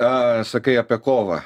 a sakai apie kovą